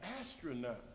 astronaut